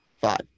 five